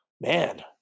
man